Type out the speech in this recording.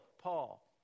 Paul